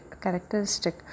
characteristic